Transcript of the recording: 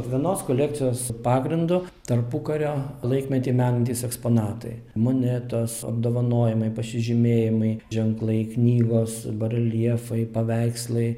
vienos kolekcijos pagrindu tarpukario laikmetį menantys eksponatai monetos apdovanojimai pasižymėjimai ženklai knygos bareljefai paveikslai